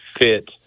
fit